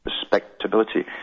Respectability